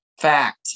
fact